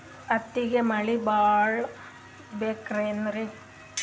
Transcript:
ಹತ್ತಿಗೆ ಮಳಿ ಭಾಳ ಬೇಕೆನ್ರ?